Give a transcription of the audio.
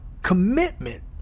commitment